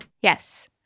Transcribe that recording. Yes